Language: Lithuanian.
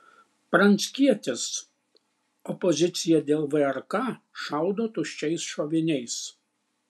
pranckietis opozicija dėl vrk šaudo tuščiais šoviniais